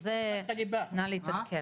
אז נא להתעדכן.